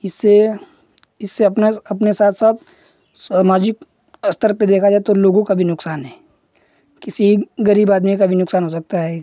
इससे इससे अपना अपने साथ साथ सामाजिक स्तर पर देखा जाए तो लोगों का भी नुक़सान है किसी गरीब आदमी का भी नुक़सान हो सकता है